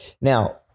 Now